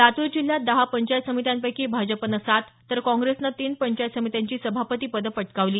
लातूर जिल्ह्यात दहा पंचायत समित्यांपैकी भाजपनं सात तर काँग्रेसनं तीन पंचायत समित्यांची सभापतीपदं पटकावली